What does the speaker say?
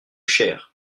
cher